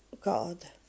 God